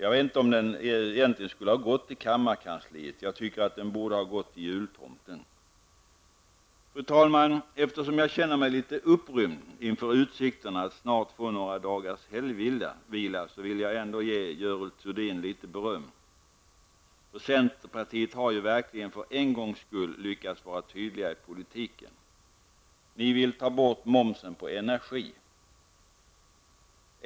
Den borde kanske inte gått till kammarkansliet. Jag tycker att den borde ha gått till Jultomten. Fru talman! Eftersom jag känner mig litet upprymd inför utsikterna att snart få några dagars helgvila, vill jag ändå ge Görel Thurdin litet beröm, för centerpartiet har ju verkligen för en gångs skull lyckats vara tydligt i politiken. Ni ville ta bort momsen på energi.